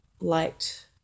liked